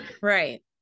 Right